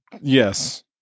Yes